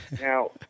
Now